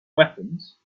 weapons